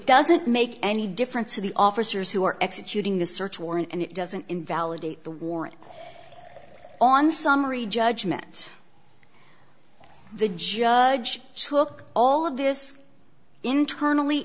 doesn't make any difference to the officers who are executing the search warrant and it doesn't invalidate the warrant on summary judgment the judge took all of this internally